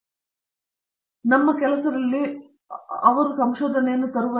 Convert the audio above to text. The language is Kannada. ರವೀಂದ್ರ ಗೆಟ್ಟು ನಮ್ಮ ಕೆಲಸದಲ್ಲಿ ಅವುಗಳನ್ನು ಸಂಶೋಧನೆಯಾಗಿ ತರುವಲ್ಲಿ